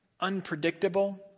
unpredictable